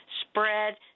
spread